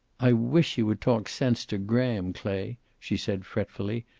i wish you would talk sense to graham, clay, she said, fretfully.